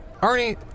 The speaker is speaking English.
Arnie